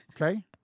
Okay